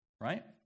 Right